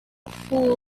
fool